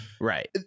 Right